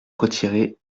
retiré